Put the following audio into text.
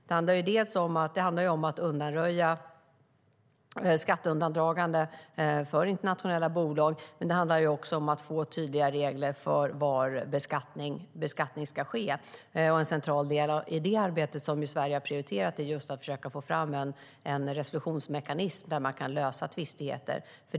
Det handlar om att undanröja skatteundandragande för internationella bolag, och det handlar också om att få tydliga regler för var beskattning ska ske. En central del i det arbete som Sverige har prioriterat är att försöka få fram en resolutionsmekanism där tvistigheter kan lösas.